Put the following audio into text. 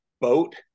boat